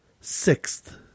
sixth